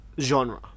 genre